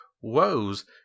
woes